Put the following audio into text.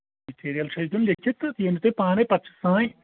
material چھُ اَسہِ دیُن لٮ۪کھتھ تہٕ تُہۍ أنیو پَتہٕ پانے پَتہٕ چھُ سٲنۍ